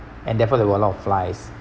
and therefore there were a lot of flies